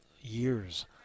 years